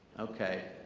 okay.